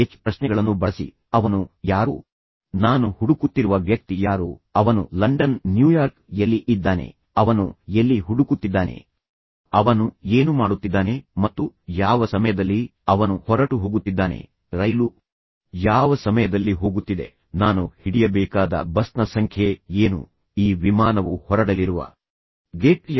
ಪ್ರಶ್ನೆಗಳನ್ನು ಬಳಸಿ ಅವನು ಯಾರು ನಾನು ಹುಡುಕುತ್ತಿರುವ ವ್ಯಕ್ತಿ ಯಾರು ಅವನು ಲಂಡನ್ ನ್ಯೂಯಾರ್ಕ್ ಅನ್ನು ಎಲ್ಲಿ ಇದ್ದಾನೆ ಅವನು ಎಲ್ಲಿ ಹುಡುಕುತ್ತಿದ್ದಾನೆ ಅವನು ಏನು ಮಾಡುತ್ತಿದ್ದಾನೆ ಮತ್ತು ಯಾವ ಸಮಯದಲ್ಲಿ ಅವನು ಹೊರಟು ಹೋಗುತ್ತಿದ್ದಾನೆ ರೈಲು ಯಾವ ಸಮಯದಲ್ಲಿ ಹೋಗುತ್ತಿದೆ ನಾನು ಹಿಡಿಯಬೇಕಾದ ಬಸ್ನ ಸಂಖ್ಯೆ ಏನು ಈ ವಿಮಾನವು ಹೊರಡಲಿರುವ ಗೇಟ್ ಯಾವುದು